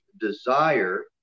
desire